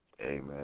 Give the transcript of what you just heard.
Amen